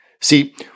See